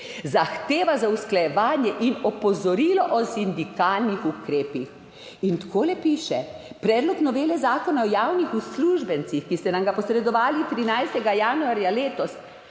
zahteva za usklajevanje in opozorilo o sindikalnih ukrepih. In takole piše: Predlog novele Zakona o javnih uslužbencih, ki ste nam ga posredovali 13. januarja letos,